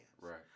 Right